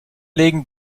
legen